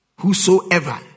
whosoever